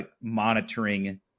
monitoring